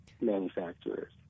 manufacturers